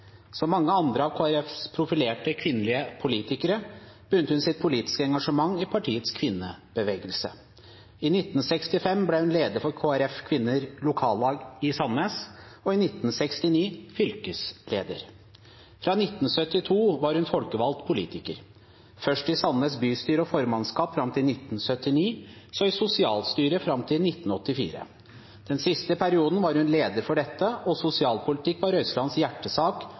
Som mange andre av Kristelig Folkepartis profilerte kvinnelige politikere begynte hun sitt politiske engasjement i partiets kvinnebevegelse. I 1965 ble hun leder for KrF Kvinners lokallag i Sandnes, og i 1969 ble hun fylkesleder. Fra 1972 var hun folkevalgt politiker, først i Sandnes bystyre og formannskap fram til 1979, så i sosialstyret fram til 1984. Den siste perioden var hun leder for dette, og sosialpolitikk var også Røyselands hjertesak